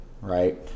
right